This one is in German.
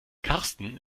karsten